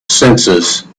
senses